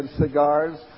cigars